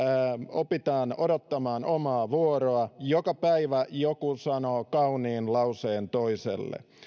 opitaan odottamaan omaa vuoroa joka päivä joku sanoo kauniin lauseen toiselle